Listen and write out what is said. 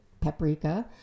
paprika